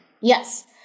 Yes